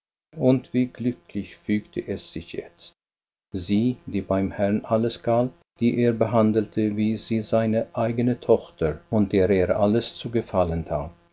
und wie glücklich fügte es sich jetzt sie die beim herrn alles galt die er behandelte wie seine eigene tochter und der er alles zu gefallen tat